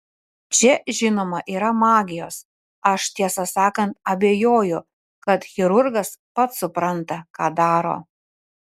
čia žinoma yra magijos aš tiesą sakant abejoju kad chirurgas pats supranta ką daro